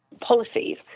policies